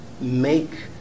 make